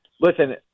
listen